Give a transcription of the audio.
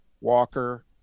Walker